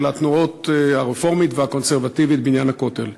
התנועות הרפורמית והקונסרבטיבית בעניין הכותל.